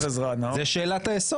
או שמא נאמר, לשחיתות ציבורית?